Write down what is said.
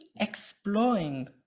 exploring